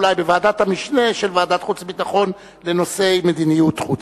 אולי בוועדת המשנה של ועדת חוץ וביטחון לנושאי מדיניות חוץ.